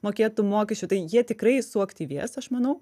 mokėt tų mokesčių tai jie tikrai suaktyvės aš manau